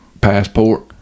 passport